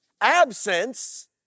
Absence